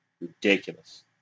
ridiculous